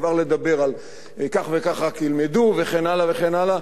כבר לדבר על כך וכך ילמדו וכן הלאה וכן הלאה.